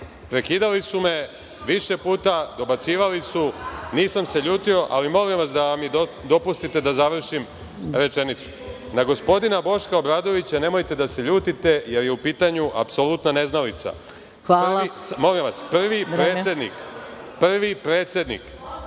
kažem. Prekidali su me više puta, dobacivali su, nisam se ljutio, ali molim vas da mi dopustite da završim rečenicu. Na gospodina Boška Obradovića nemojte da se ljutite, jer je u pitanju apsolutna neznalica. Prvi predsednik Srpske